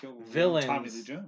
villains